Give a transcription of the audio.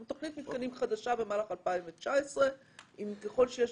תכנית מתקנים חדשה במהלך 2019. ככל שיש